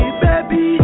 baby